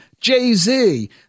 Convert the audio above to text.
Jay-Z